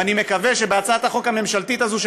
ואני מקווה שבהצעת החוק הממשלתית הזאת,